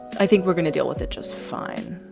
i think we're gonna deal with it just fine.